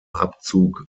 abzug